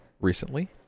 recently